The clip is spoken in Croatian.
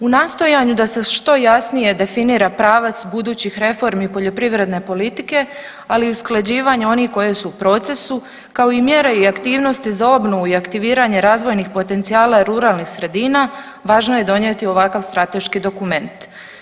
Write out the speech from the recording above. U nastojanju da se što jasnije definira pravac budućih reformi poljoprivredne politike, ali i usklađivanje onih koje su u procesu, kao i mjere i aktivnosti za obnovu i aktiviranje razvojnih potencijala i ruralnih sredina, važno je donijeti ovakav strateški dokument.